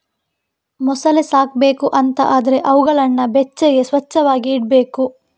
ಮೊಸಳೆ ಸಾಕ್ಬೇಕು ಅಂತ ಆದ್ರೆ ಅವುಗಳನ್ನ ಬೆಚ್ಚಗೆ, ಸ್ವಚ್ಚವಾಗಿ ಇಡ್ಬೇಕು